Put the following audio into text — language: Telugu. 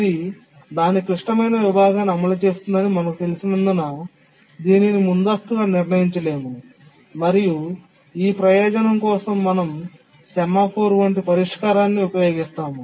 ఇది దాని క్లిష్టమైన విభాగాన్ని అమలు చేస్తుందని మనకు తెలిసినందున దీనిని ముందస్తుగా నిర్ణయించలేము మరియు ఈ ప్రయోజనం కోసం మనం సెమాఫోర్ వంటి పరిష్కారాన్ని ఉపయోగిస్తాము